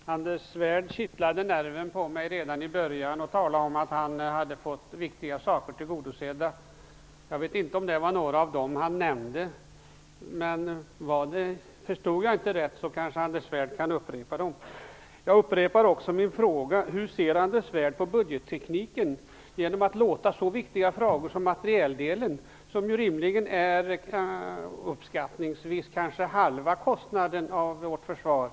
Herr talman! Anders Svärd kittlade nerven på mig redan i början när han talade om att han hade fått viktiga saker tillgodosedda. Jag vet inte om det var några av dem han nämnde. Förstod jag det inte rätt kan Anders Svärd kanske kan upprepa dem. Jag upprepar också min fråga: Vad anser Anders Svärd om budgettekniken? Kostnaden för något så viktigt som materielen utgör rimligen uppskattningsvis halva kostnaden för vårt försvar.